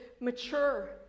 mature